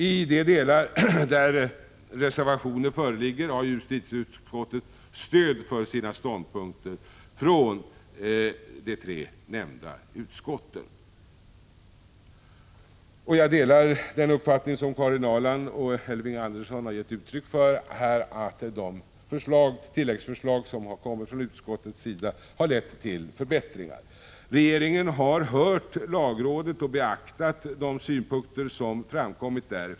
I de delar där reservationer föreligger har justitieutskottet stöd för sina ståndpunkter från de tre nämnda utskotten. Jag delar den uppfattning som Karin Ahrland och Elving Andersson har gett uttryck för, nämligen att utskottets tilläggsförslag har lett till förbättringar. Regeringen har hört lagrådet och beaktat dess synpunkter.